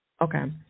Okay